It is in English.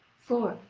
for,